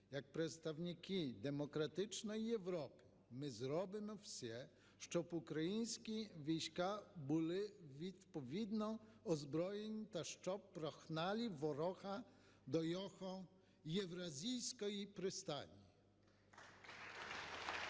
як представники демократичної Європи ми зробимо все, щоб українські війська були відповідно озброєні та щоб прогнали ворога до його євразійської пристані.